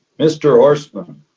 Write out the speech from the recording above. mr. horstman.